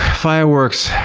fireworks,